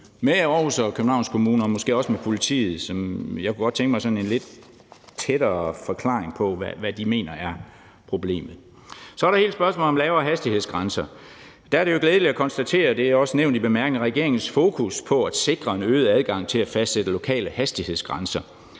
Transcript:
Kommune og Københavns Kommune og måske også politiet, for jeg kunne godt tænke mig sådan en lidt nærmere forklaring på, hvad de mener problemet er. Så er der hele spørgsmålet om lavere hastighedsgrænser. Der er det jo glædeligt at konstatere – det er også nævnt i bemærkningerne – regeringens fokus på at sikre en øget adgang til at fastsætte lokale hastighedsgrænser